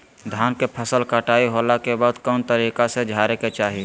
धान के फसल कटाई होला के बाद कौन तरीका से झारे के चाहि?